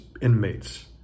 inmates